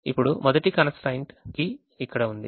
ఇప్పుడు మొదటి constraint కి ఇక్కడ ఉంది